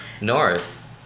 North